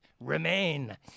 Remain